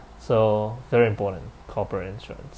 so very important corporate insurance